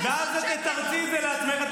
ואז את תתרצי את זה לעצמך,